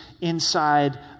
inside